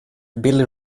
billy